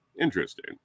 interesting